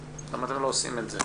למה אתם לא עושים את זה.